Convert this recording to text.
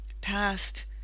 Past